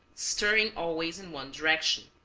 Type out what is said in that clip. stirring always in one direction.